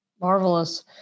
Marvelous